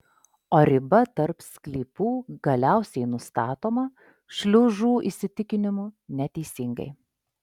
o riba tarp sklypų galiausiai nustatoma šliužų įsitikinimu neteisingai